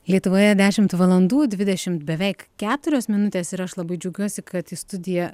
lietuvoje dešimt valandų dvidešim beveik keturios minutės ir aš labai džiaugiuosi kad į studiją